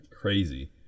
crazy